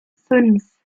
fünf